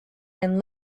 and